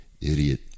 idiot